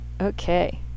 okay